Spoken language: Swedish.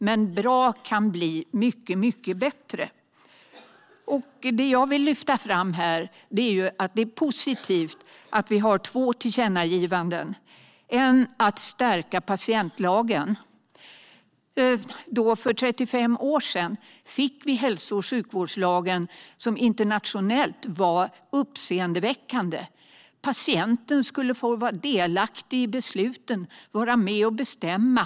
Men bra kan bli mycket bättre. Det jag vill lyfta fram här är att det är positivt att vi har två tillkännagivanden. Ett handlar om att stärka patientlagen. För 35 år sedan fick vi hälso och sjukvårdslagen, som internationellt var uppseendeväckande. Patienten skulle få vara delaktig i besluten och vara med och bestämma.